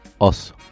os